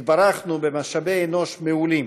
התברכנו במשאבי אנוש מעולים,